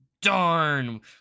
Darn